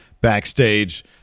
backstage